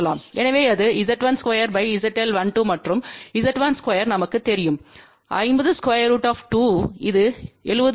எனவே அது Z12 ZL12 மற்றும் Z12 நமக்குத் தெரியும் 50√2 இது 70